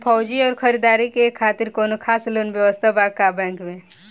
फौजी और खिलाड़ी के खातिर कौनो खास लोन व्यवस्था बा का बैंक में?